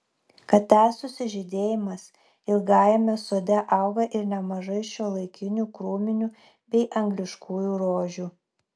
kad tęstųsi žydėjimas ilgajame sode auga ir nemažai šiuolaikinių krūminių bei angliškųjų rožių